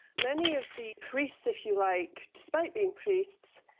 many of the priests, if you like, despite being priests,